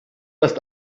hast